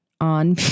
on